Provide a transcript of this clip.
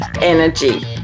energy